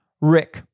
Rick